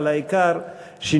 אבל העיקר שנתקדם,